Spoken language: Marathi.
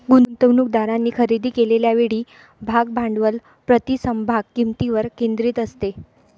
गुंतवणूकदारांनी खरेदी केलेल्या वेळी भाग भांडवल प्रति समभाग किंमतीवर केंद्रित असते